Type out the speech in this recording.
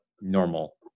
normal